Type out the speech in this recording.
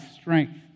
strength